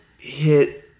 hit